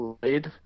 played